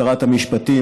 שרת המשפטים,